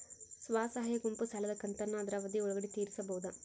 ಸ್ವಸಹಾಯ ಗುಂಪು ಸಾಲದ ಕಂತನ್ನ ಆದ್ರ ಅವಧಿ ಒಳ್ಗಡೆ ತೇರಿಸಬೋದ?